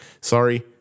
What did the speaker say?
Sorry